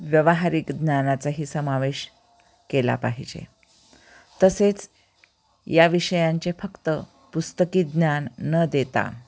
व्यवहारिक ज्ञानाचाही समावेश केला पाहिजे तसेच या विषयांचे फक्त पुस्तकी ज्ञान न देता